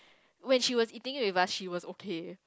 when she was eating with us she was okay